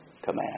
command